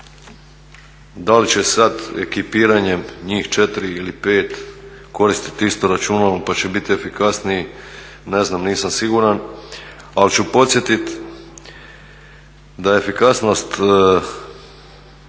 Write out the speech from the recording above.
Da li će sad ekipiranjem njih 4 ili 5 koristiti isto računalo, pa će bit efikasniji. Ne znam, nisam siguran. Ali ću podsjetiti da efikasnost